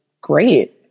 great